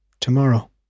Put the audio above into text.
Tomorrow